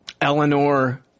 Eleanor